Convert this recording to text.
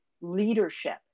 leadership